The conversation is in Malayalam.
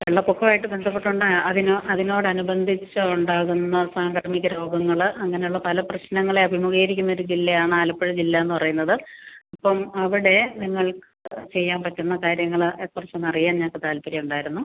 വെള്ളപ്പൊക്കവായിട്ട് ബന്ധപ്പെട്ടോണ്ട് അതിന് അതിനോടനുബന്ധിച്ച് ഉണ്ടാകുന്ന സാങ്ക്രമിക രോഗങ്ങൾ അങ്ങനുള്ള പല പ്രശ്നങ്ങളെ അഭിമുഖീകരിക്കുന്നൊരു ജില്ലയാണാലപ്പുഴ ജില്ലാന്ന് പറയുന്നത് ഇപ്പം അവിടെ നിങ്ങൾക്ക് ചെയ്യാൻ പറ്റുന്ന കാര്യങ്ങൾ അതേ കുറിച്ചൊന്ന് അറിയാൻ ഞങ്ങൾക്ക് താൽപ്പര്യമുണ്ടായിരുന്നു